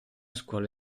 scuola